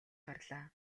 гарлаа